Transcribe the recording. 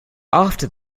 after